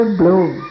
bloom